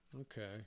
Okay